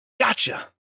Gotcha